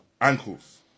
ankles